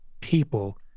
people